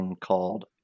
called